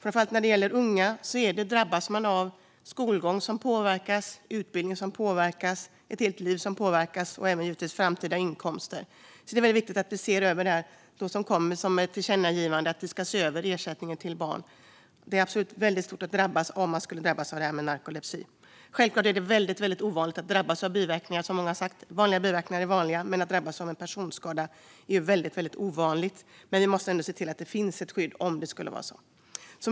Framför allt unga drabbas genom att skolgång och utbildning påverkas. Det är ett helt liv som påverkas - givetvis även framtida inkomster. Det är väldigt viktigt att vi ser över detta. Det har kommit ett tillkännagivande om att se över ersättningen till barn. Det är absolut väldigt svårt för den som drabbas av narkolepsi. Självklart är det, som många har sagt, väldigt ovanligt att man drabbas av allvarliga biverkningar. Biverkningar är vanliga, men att man drabbas av en personskada är väldigt ovanligt. Vi måste dock se till att det finns ett skydd om det skulle vara så.